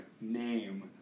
name